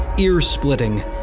Ear-splitting